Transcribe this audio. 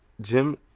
Jim